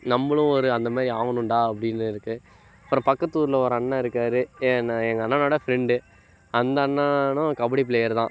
நம்மளும் ஒரு அந்த மாதிரி ஆவணும்டா அப்படின்னு இருக்கு அப்புறம் பக்கத்து ஊரில் ஒரு அண்ணன் இருக்கார் என்ன எங்கள் அண்ணனோட ஃப்ரெண்டு அந்த அண்ணனும் கபடி பிளேயரு தான்